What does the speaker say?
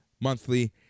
monthly